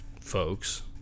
folks